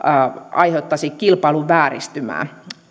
aiheuttaisi kilpailun vääristymää